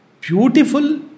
beautiful